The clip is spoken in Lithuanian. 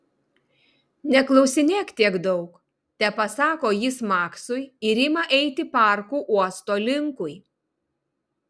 neklausinėk tiek daug tepasako jis maksui ir ima eiti parku uosto linkui